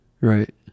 Right